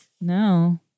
No